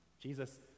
Jesus